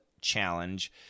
challenge